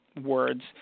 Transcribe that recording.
words